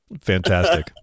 fantastic